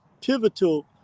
pivotal